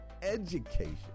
education